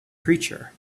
creature